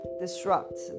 disrupt